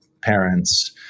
parents